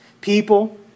people